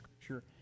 Scripture